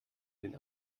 den